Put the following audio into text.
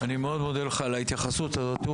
אני מאוד מודה לך על ההתייחסות הזאת.